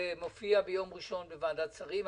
זה מופיע ביום ראשון בוועדת שרים.